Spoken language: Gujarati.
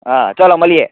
હા ચાલો મળીએ